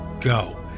go